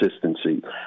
consistency